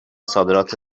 صادرات